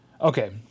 Okay